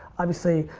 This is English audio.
obviously,